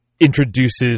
introduces